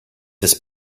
ist